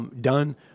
done